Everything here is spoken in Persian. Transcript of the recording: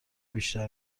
بیشتر